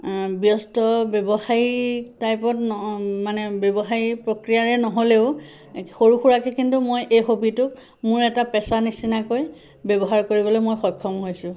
ব্যস্ত ব্যৱসায়ী টাইপত ন মানে ব্যৱসায়ী প্ৰক্ৰিয়াৰে নহ'লেও সৰু সুৰাকৈ কিন্তু মই এই হবীটোক মোৰ এটা পেচা নিচিনাকৈ ব্যৱহাৰ কৰিবলৈ মই সক্ষম হৈছোঁ